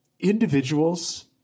Individuals